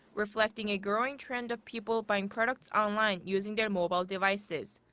reflecting a growing trend of people buying products online using their mobile devices.